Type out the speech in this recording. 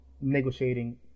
negotiating